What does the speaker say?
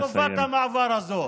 תקופת המעבר הזו?